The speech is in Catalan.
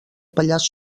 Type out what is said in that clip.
pallars